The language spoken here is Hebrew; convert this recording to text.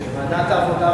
ועדת הכספים.